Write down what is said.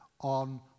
on